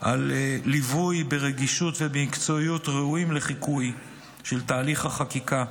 על ליווי ברגישות ובמקצועיות ראויים לחיקוי של תהליך החקיקה,